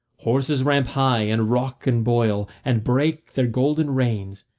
horses ramp high and rock and boil and break their golden reins,